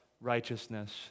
righteousness